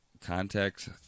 context